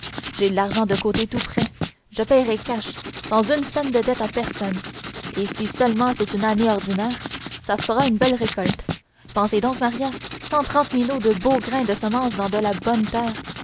j'ai l'argent de côté tout prêt je payerai cash sans une cent de dette à personne et si seulement c'est une année ordinaire ça fera une belle récolte pensez donc maria cent trente minots de beau grain de semence dans de la bonne terre